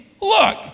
Look